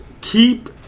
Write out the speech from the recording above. Keep